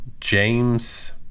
James